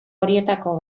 horietako